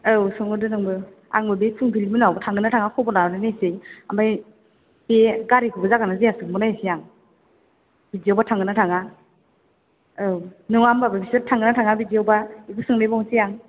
औ सोंहरदो नोंबो आंबो बे फुंबिलिमोननावबो थांगोन ना थाङा खबर लाहरना नायनोसै ओमफ्राय बे गारिखौबो जागोन ना जाया सोंहरनायनोसै आं बिदियावबा थांगोन ना थाङा औ नङा होनबाबो बिसोर थांगोन ना थाङा बिदियावबा बेखौ सोंदेरबावनोसै आं